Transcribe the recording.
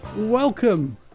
Welcome